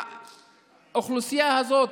האוכלוסייה הזאת,